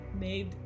made